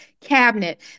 cabinet